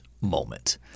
moment